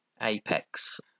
apex